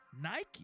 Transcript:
Nike